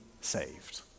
saved